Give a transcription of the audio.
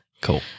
Cool